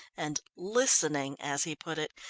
and listening as he put it,